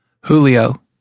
Julio